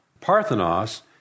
Parthenos